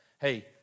hey